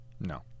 No